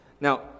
Now